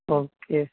okay